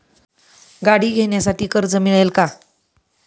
गाडी घेण्यासाठी कर्ज मिळेल का?